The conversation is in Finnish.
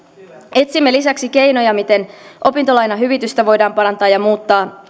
etsimme lisäksi keinoja miten opintolainahyvitystä voidaan parantaa ja muuttaa